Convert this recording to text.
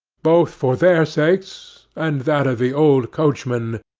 both for their sakes and that of the old coachman,